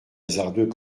hasardeux